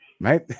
right